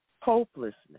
hopelessness